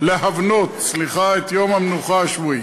את יום המנוחה השבועי.